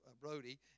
Brody